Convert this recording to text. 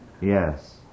Yes